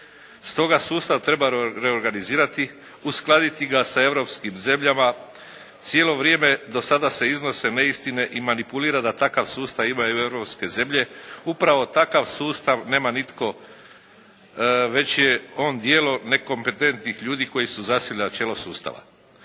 Stoga, sustav treba reorganizirati, uskladiti ga sa europskim zemljama. Cijelo vrijeme do sada se iznose neistine i manipulira da takav sustav imaju europske zemlje. Upravo takav sustav nema nitko već je on djelo nekompetentnih ljudi koji su zasjeli na čelo sustava.